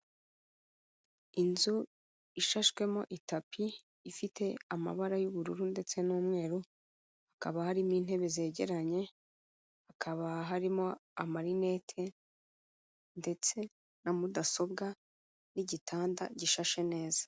Inzu ishashwemo itapi ifite amabara y'ubururu ndetse n'umweru, hakaba harimo intebe zegeranye, hakaba harimo amarinete ndetse na mudasobwa n'igitanda gishashe neza.